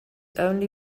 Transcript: only